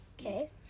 Okay